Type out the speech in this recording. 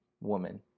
woman